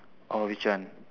orh which one